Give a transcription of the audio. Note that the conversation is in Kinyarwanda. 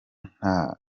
nta